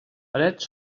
parets